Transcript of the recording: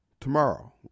tomorrow